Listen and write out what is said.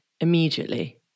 immediately